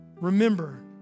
Remember